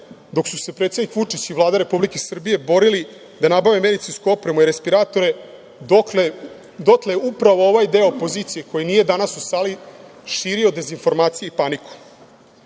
dok su se predsednik Vučić i Vlada Republike Srbije borili da nabave medicinsku opremu i respiratore dotle upravo ovaj deo opozicije koji nije danas u sali je širio dezinformacije i paniku.